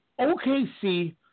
OKC